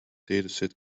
dataset